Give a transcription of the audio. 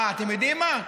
אתם יודעים מה?